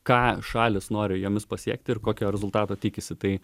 ką šalys nori jomis pasiekti ir kokio rezultato tikisi tai